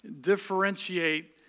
differentiate